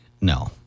no